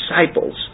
disciples